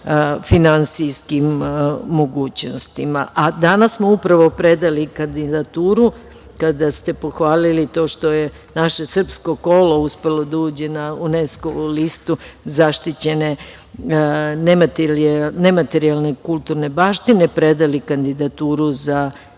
finansijskim mogućnostima. Danas smo upravo predali kandidaturu, kada ste pohvalili to što je naše srpsko Kolo uspelo da uđe na UNESKO listu zaštićene nematerijalne kulturne baštine, za našu